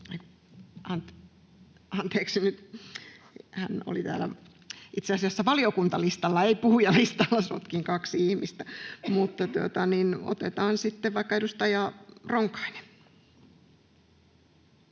Anteeksi nyt, hän oli täällä itse asiassa valiokuntalistalla, ei puhujalistalla. Sotkin kaksi ihmistä. — Mutta otetaan sitten vaikka edustaja Ronkainen.